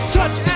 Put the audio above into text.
Touch